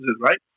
right